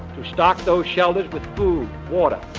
to stock those shelters with food, water,